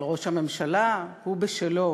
אבל ראש הממשלה, הוא בשלו.